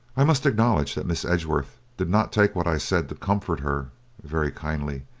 i must acknowledge that miss edgeworth did not take what i said to comfort her very kindly,